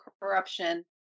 Corruption